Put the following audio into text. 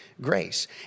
grace